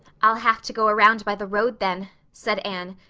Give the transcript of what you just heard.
i'll have to go around by the road, then, said anne,